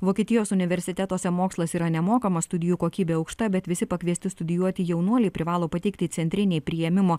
vokietijos universitetuose mokslas yra nemokamas studijų kokybė aukšta bet visi pakviesti studijuoti jaunuoliai privalo pateikti centrinei priėmimo